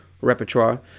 repertoire